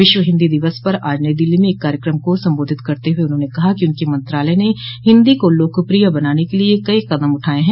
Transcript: विश्व हिन्दी दिवस पर आज नई दिल्ली में एक कार्यक्रम को सम्बोधित करते हुए उन्होंने कहा कि उनके मंत्रालय ने हिन्दी को लोकप्रिय बनाने के लिए कई कदम उठाये हैं